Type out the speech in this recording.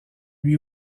lui